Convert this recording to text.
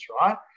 right